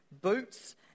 boots